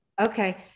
Okay